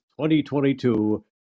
2022